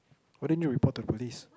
why didn't you report to the police